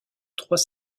trois